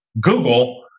Google